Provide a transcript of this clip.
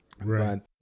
Right